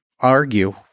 Argue